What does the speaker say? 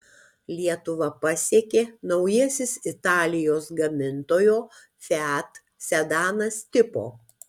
lietuvą pasiekė naujasis italijos gamintojo fiat sedanas tipo